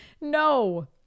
no